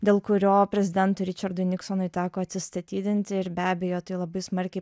dėl kurio prezidentui ričardui niksonui teko atsistatydinti ir be abejo tai labai smarkiai